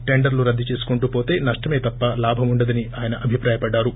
టెండర్లు రద్దు చేసుకుంటూ పోతే నప్లమే తప్ప లాభం ఉండదని ఆయన అభిప్రాయపడ్డారు